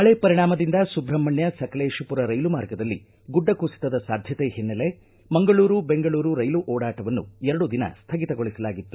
ಮಳೆ ಪರಿಣಾಮದಿಂದ ಸುಬ್ರಹ್ಮಣ್ಯ ಸಕಲೇಶಪುರ ರೈಲು ಮಾರ್ಗದಲ್ಲಿ ಗುಡ್ಡ ಕುಸಿತದ ಸಾಧ್ಯತೆ ಹಿನ್ನೆಲೆ ಮಂಗಳೂರು ಬೆಂಗಳೂರು ರೈಲು ಓಡಾಟವನ್ನು ಎರಡು ದಿನ ಸ್ಥಗಿತಗೊಳಿಸಲಾಗಿತ್ತು